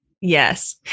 Yes